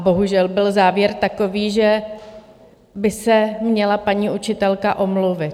Bohužel byl závěr takový, že by se měla paní učitelka omluvit.